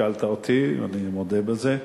השכלת אותי, ואני מודה בזה.